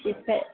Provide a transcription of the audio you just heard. পিচে